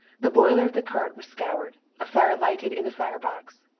the boiler of the cart was scoured, a fire lighted in the fire box.